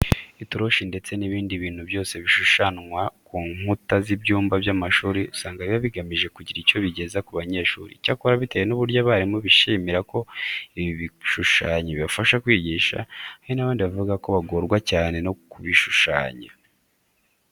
Itoroshi ndetse n'ibindi bintu byose bishushanwa ku nkuta z'ibyumba by'amashuri usanga biba bigamije kugira icyo bigeza ku banyeshuri. Icyakora bitewe n'uburyo abarimu bishimira ko ibi bishushanyo bibafasha kwigisha, hari n'abandi bavuga ko bagorwa cyane no kubishushanya.